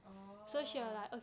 orh